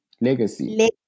Legacy